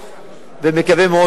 ומקווה מאוד,